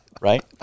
right